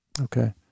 okay